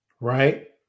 Right